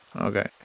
okay